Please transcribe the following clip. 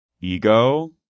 ego